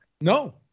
No